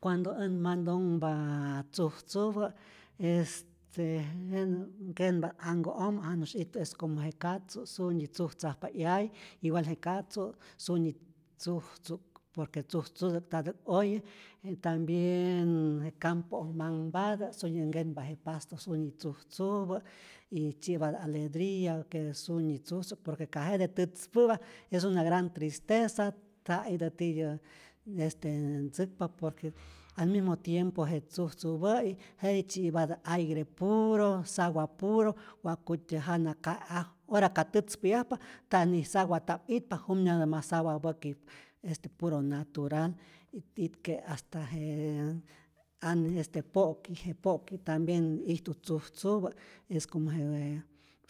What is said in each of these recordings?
Cuando än mantonhp tzujtzupä, este jenä nkenpa't anhkä'ojmä janusy ijtu, es como je katzu' sunyi tzujtzajpa 'yay, igual je katzu' sunyi tzujtzu por que tzujtzutä'k ntatä'k oye, y tambien je campo'oj manhpatä, sunyi nkenpa je pasto, sunyi tzuntzupä y tzyipatä aledriya que sunyi tzujtzu, por que ka jete tätzpä'pa es una gran tristeza, ja itä tityä este ntzäkpa, por que al mismo tiempo je tzujtzupä'i jetij tzyipatä aire puro, sawa puro, wakutyä jana ka'e'aj, ora ka tätzpä'yajpa ta ni sawa ta'p itpa, junyatä ma sawapäki' este puro natural, y itke' hasta je ani este po'ki', je po'ki' tambien ijtu tzujtzupä, es como je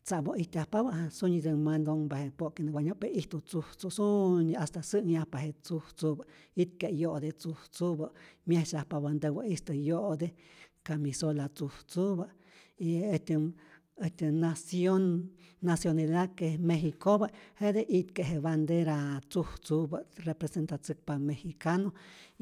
tzamoj ijtyajpapä ja sunyitä mantonhpa je po'ki wanyaj, pe ijtu tzujtzu sunyi hasta sä'nnhyajpa je tzujtzupä, itke' 'yo'te tzujtzupä myesyajpapä ntäwä'istä 'yo'te, camisola tzujtzupä y äjtyä äjtyä nacion nacionida que mexikopä', jete itke' je bandera tzujtzupä, representatzäkpa mexicano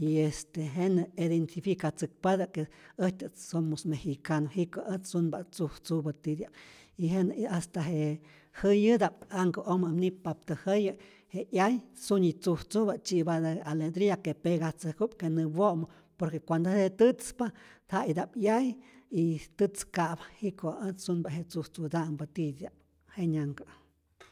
y este jenä edentificatzäkpatä que äjtyä somos mexicano, jiko ät sunpa't tzujtzupä titya'p y jenä hasta je jäyuta'p anhkä'ojmä nip'paptä jäyä, je 'yay sunyi tzujtzupä, tzyi'patä alegria que pegatzäjku'p que nä wo'mu por que cuando jete tätzpa ja ita'p 'yay y tätzka'pa, jiko' äj sunpa't je tzujtzuta'mpä titya'p, jenyanhkä'